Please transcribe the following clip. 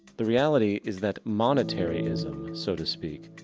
the reality is that monetary-ism, so to speak,